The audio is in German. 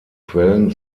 quellen